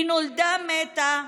היא נולדה מתה.